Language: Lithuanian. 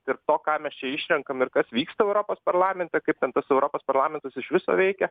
tarp to ką mes čia išrenkam ir kas vyksta europos parlamente kaip ten tas europos parlamentas iš viso veikia